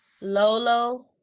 lolo